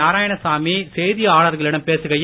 நாராயணசாமி செய்தியாளர்களிடம் பேசுகையில்